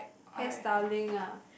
hairstyling ah